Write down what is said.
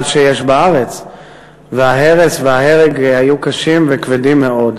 שיש בארץ וההרס וההרג היו קשים וכבדים מאוד.